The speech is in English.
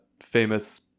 famous